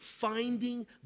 finding